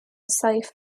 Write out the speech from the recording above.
الصيف